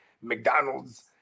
McDonald's